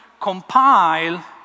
compile